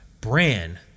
Bran